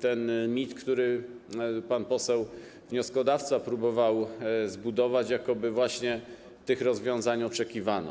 ten mit, który pan poseł wnioskodawca próbował zbudować, jakoby właśnie tych rozwiązań oczekiwano.